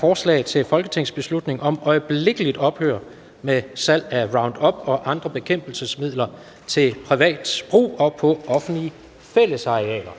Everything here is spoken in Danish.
Forslag til folketingsbeslutning om øjeblikkeligt ophør med salg af Roundup og andre bekæmpelsesmidler til privat brug i haver og på offentlige fællesarealer